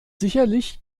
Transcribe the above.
sicherlich